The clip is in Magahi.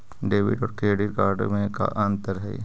डेबिट और क्रेडिट कार्ड में का अंतर हइ?